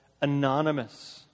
anonymous